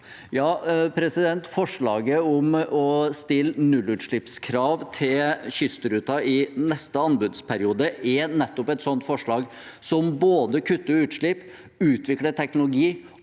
Ja, forslaget om å stille nullutslippskrav til Kystruten i neste anbudsperiode er nettopp et slikt forslag som både kutter utslipp, utvikler teknologi